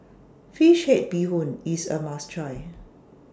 Fish Head Bee Hoon IS A must Try